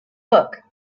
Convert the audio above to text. book